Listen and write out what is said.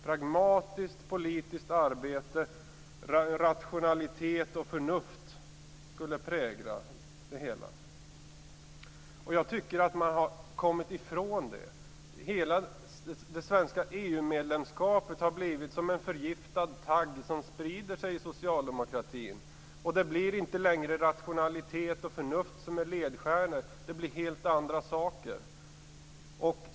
Pragmatiskt politiskt arbete, rationalitet och förnuft skulle prägla partiet. Jag tycker att man nu har kommit ifrån det. Det svenska EU-medlemskapet har blivit som en tagg som sprider sitt gift inom socialdemokratin. Det är inte längre rationalitet och förnuft som är ledstjärnan utan helt andra saker.